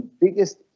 biggest